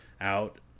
out